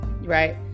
right